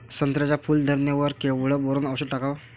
संत्र्याच्या फूल धरणे वर केवढं बोरोंन औषध टाकावं?